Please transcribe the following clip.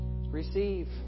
receive